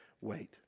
wait